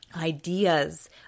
ideas